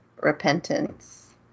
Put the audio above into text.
repentance